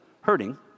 hurting